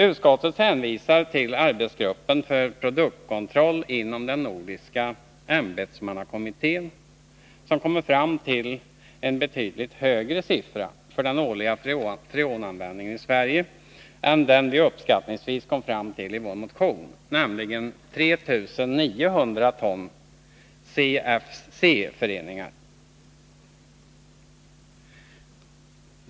Utskottet hänvisar till arbetsgruppen för produktkontroll inom den nordiska ämbetsmannakommittén, som kommit fram till en betydligt högre siffra för den årliga freonanvändningen i Sverige än den vi uppskattningsvis kommit fram till i vår motion, nämligen 3 900 ton CFC-föreningar.